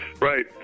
Right